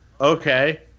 Okay